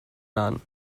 none